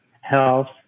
health